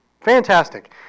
Fantastic